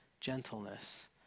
gentleness